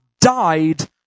died